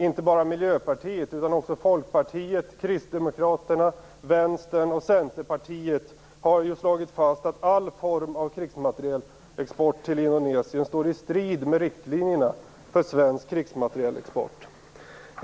Inte bara Miljöpartiet utan också Folkpartiet, Kristdemokraterna, Vänstern och Centerpartiet har ju slagit fast att all form av krigsmaterielexport till Indonesien står i strid med riktlinjerna för svensk krigsmaterielexport.